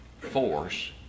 force